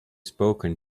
spoken